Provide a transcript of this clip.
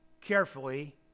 carefully